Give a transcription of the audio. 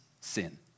Sin